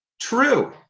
True